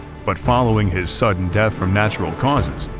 but following his sudden death from natural causes,